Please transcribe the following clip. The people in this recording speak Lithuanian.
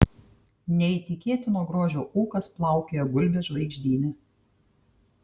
neįtikėtino grožio ūkas plaukioja gulbės žvaigždyne